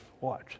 watch